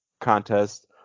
contest